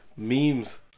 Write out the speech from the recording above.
Memes